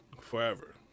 forever